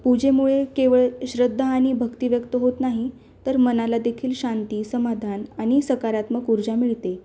पूजेमुळे केवळ श्रद्धा आणि भक्ति व्यक्त होत नाही तर मनाला देखील शांती समाधान आणि सकारात्मक ऊर्जा मिळते